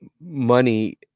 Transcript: Money